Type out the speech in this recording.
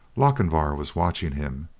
lochinvar was watching him.